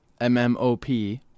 MMOP